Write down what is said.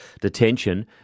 detention